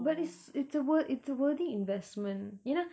but it's it's a wor~ it's a worthy investment